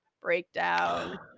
breakdown